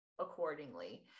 accordingly